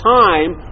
time